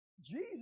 Jesus